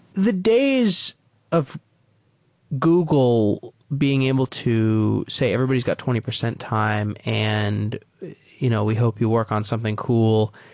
the days of google being able to say, everybody's got twenty percent time and you know we hope you work on something cool.